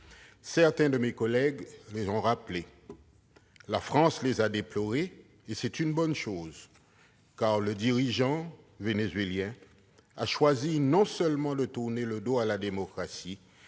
Certains orateurs les ont rappelées. La France les a déplorées et c'est une bonne chose : le dirigeant vénézuélien a choisi non seulement de tourner le dos à la démocratie,